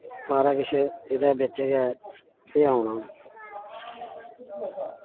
सारा किश एह्दे बिच्च गै एह् औना